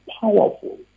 powerful